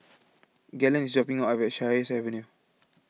Galen is dropping me off at Sheares Avenue